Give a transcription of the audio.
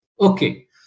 Okay